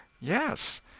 Yes